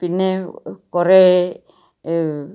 പിന്നെ കുറേ